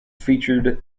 featured